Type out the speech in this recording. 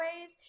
ways